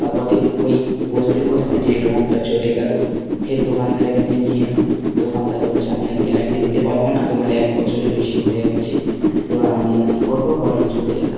তারপরে ওই বসতে বসতে যে রঙটা চটে গেলো ফের দোকানদারের কাছে নিয়ে এলাম দোকানদার বলছে আমি আর গ্যারান্টি দিতে পারবো না তোমার এক বছরের বেশি হয়ে গেছে এবার আমি আর কী করবো বাইরে চলে এলাম